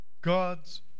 God's